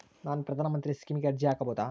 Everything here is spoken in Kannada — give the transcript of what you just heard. ನಾನು ಪ್ರಧಾನ ಮಂತ್ರಿ ಸ್ಕೇಮಿಗೆ ಅರ್ಜಿ ಹಾಕಬಹುದಾ?